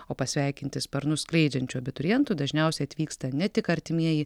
o pasveikinti sparnus skleidžiančių abiturientų dažniausiai atvyksta ne tik artimieji